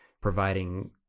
providing